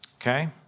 Okay